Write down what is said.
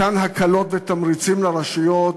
מתן הקלות ותמריצים לרשויות,